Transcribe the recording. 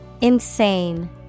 Insane